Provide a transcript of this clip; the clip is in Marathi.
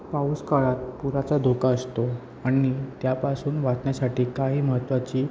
पाऊस काळात पुराचा धोका असतो आणि त्यापासून वाचण्यासाठी काही महत्त्वाची